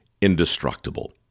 indestructible